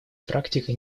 практика